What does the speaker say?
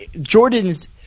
Jordan's –